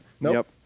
Nope